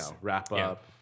wrap-up